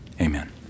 Amen